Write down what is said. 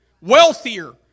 wealthier